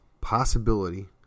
possibility